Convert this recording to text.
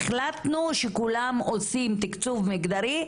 החלטנו שכולם עושים תקצוב מגדרי,